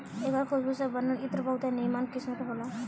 एकर खुशबू से बनल इत्र बहुते निमन किस्म के होला